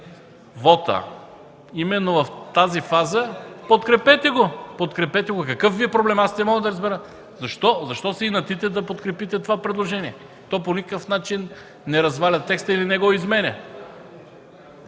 вота именно в тази фаза, подкрепете го. Какъв Ви е проблемът? Аз не мога да разбера защо се инатите да подкрепите това предложение. То по никакъв начин не разваля текста или не го изменя.